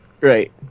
Right